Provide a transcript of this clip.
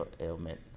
ailment